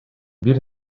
бир